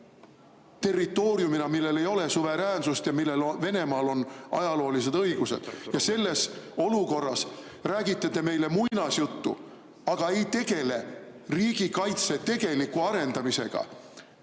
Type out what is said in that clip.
territooriumina, millel ei ole suveräänsust ja millele Venemaal on ajaloolised õigused? Ja selles olukorras räägite te meile muinasjuttu, aga ei tegele riigikaitse tegeliku arendamisega,